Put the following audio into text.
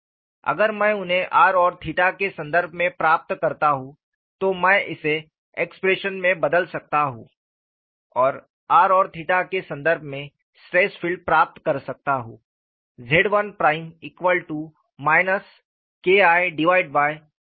अगर मैं उन्हें r और के संदर्भ में प्राप्त करता हूं तो मैं इसे एक्प्रेशन्स में बदल सकता हूं और r और के संदर्भ में स्ट्रेस फील्ड प्राप्त कर सकता हूं